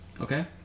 Okay